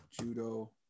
judo